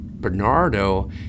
Bernardo